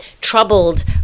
troubled